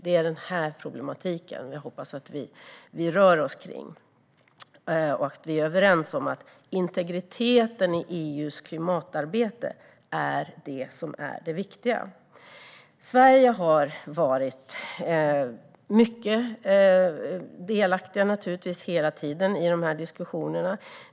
Det är den problematiken jag hoppas att vi rör oss kring, och jag hoppas att vi är överens om att det är integriteten i EU:s klimatarbete som är det viktiga. Sverige har hela tiden varit mycket delaktigt i diskussionerna.